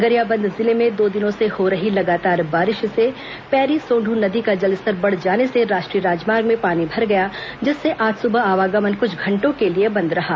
गरियाबंद जिले में दो दिनों से हो रही लगातार बारिश से पैरी सोंदूर नदी का जलस्तर बढ़ जाने से राष्ट्रीय राजमार्ग में पानी भर गया जिससे आज सुबह आवागमन क्छ घंटों के लिए बंद रहा